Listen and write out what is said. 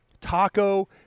taco